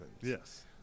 Yes